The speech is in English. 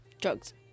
Drugs